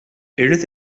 irrid